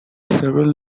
several